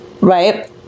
right